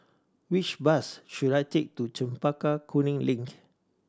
which bus should I take to Chempaka Kuning Link